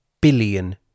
billion